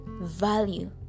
value